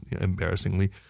embarrassingly